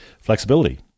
Flexibility